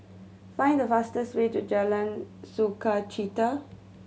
find the fastest way to Jalan Sukachita